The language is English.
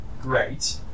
great